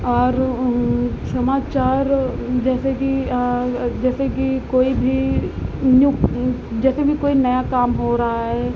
और समाचार जैसे कि जैसे कि कोई भी न्यू जैसे कि कोई नया काम हो रहा है